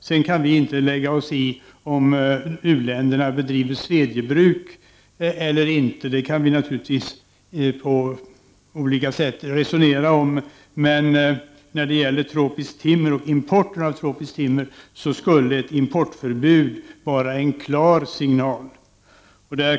Sedan kan vi inte lägga oss i om u-länderna bedriver svedjebruk eller inte, även om vi naturligtvis på olika sätt kan resonera om det. Men när det gäller tropiskt timmer skulle ett importförbud vara en klar signal.